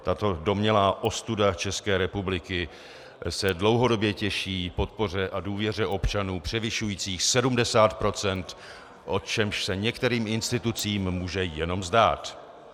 Tato domnělá ostuda České republiky se dlouhodobě těší podpoře a důvěře občanů převyšující 70 %, o čemž se některým institucím může jenom zdát.